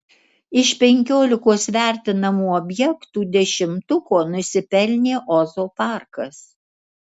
iš penkiolikos vertinamų objektų dešimtuko nusipelnė ozo parkas